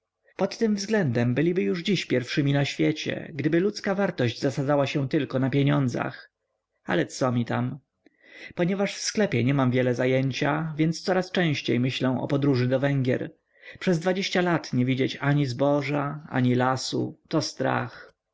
pod tym względem byliby już dziś pierwszymi na świecie gdyby ludzka wartość zasadzała się tylko na pieniądzach ale co mi tam ponieważ w sklepie nie mam wiele zajęcia więc coraz częściej myślę o podróży do węgier przez dwadzieścia lat nie widzieć ani zboża ani lasu to strach